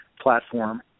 Platform